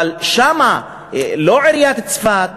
אבל שם לא עיריית צפת